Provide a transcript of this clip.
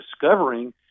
discovering